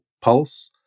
pulse